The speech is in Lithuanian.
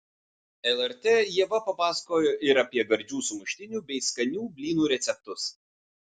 lrt ieva papasakojo ir apie gardžių sumuštinių bei skanių blynų receptus